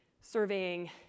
surveying